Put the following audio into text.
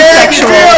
sexual